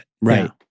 right